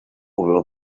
over